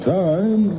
time